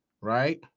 Right